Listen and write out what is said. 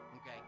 Okay